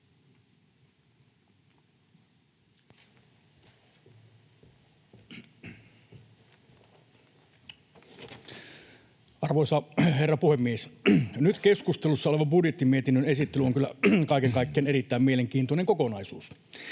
Arvoisa herra puhemies! Nyt keskustelussa oleva budjettimietinnön esittely on kyllä kaiken kaikkiaan erittäin mielenkiintoinen kokonaisuus.